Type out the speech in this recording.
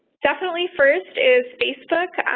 definitely first is facebook.